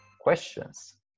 questions